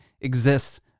exists